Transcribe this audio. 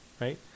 Right